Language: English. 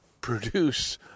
produce